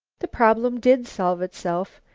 the problem did solve itself,